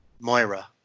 Moira